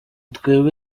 twebwe